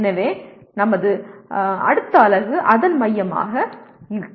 எனவே எங்கள் அடுத்த அலகு அதன் மையமாக இருக்கும்